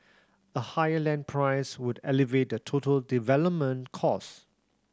a higher land price would elevate the total development cost